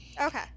Okay